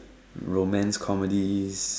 romance comedies